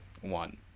One